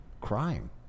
crying